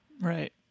right